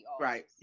Right